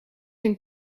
een